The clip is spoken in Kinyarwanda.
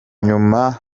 nyuma